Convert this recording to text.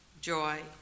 joy